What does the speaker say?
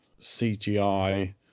CGI